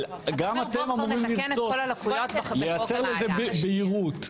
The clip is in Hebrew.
גם אתם אמורים לרצות לייצר לזה בהירות,